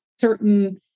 certain